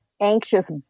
anxious